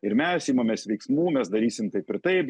ir mes imamės veiksmų mes darysim taip ir taip